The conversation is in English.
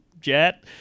jet